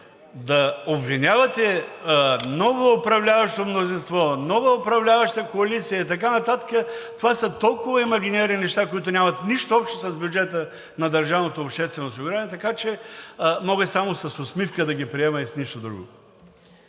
Да обвинявате ново управляващо мнозинство, нова управляваща коалиция и така нататък, това са толкова имагинерни неща, които нямат нищо общо с бюджета на държавното обществено осигуряване, така че мога и само с усмивка да ги приема, и с нищо друго.